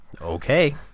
Okay